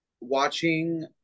watching